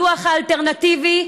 הדוח האלטרנטיבי,